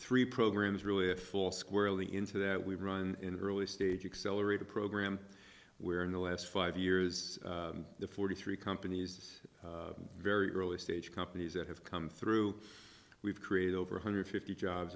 three programs really it fall squarely into that we run in early stage accelerated program where in the last five years the forty three companies very early stage companies that have come through we've created over one hundred fifty jobs